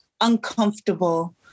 uncomfortable